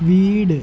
വീട്